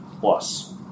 plus